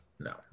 No